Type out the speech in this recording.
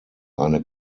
eine